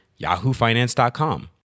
yahoofinance.com